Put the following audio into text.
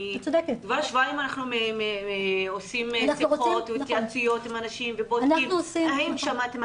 בשבועיים האחרונים עושים שיחות והתייעצויות עם אנשים ובודקים האם שמעתם,